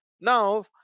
now